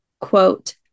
quote